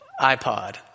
iPod